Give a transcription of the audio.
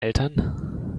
eltern